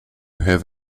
have